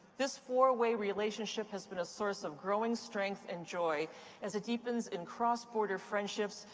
this four-way relationship has been a source of growing strength and joy as it deepens in cross-border friendships,